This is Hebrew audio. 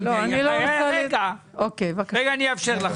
אני לא רוצה -- רגע, אני אאפשר לך.